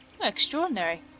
Extraordinary